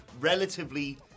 relatively